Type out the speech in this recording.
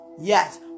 Yes